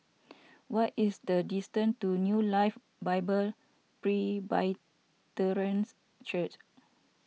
what is the distance to New Life Bible Presbyterians Church